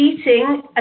eating